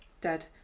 Dead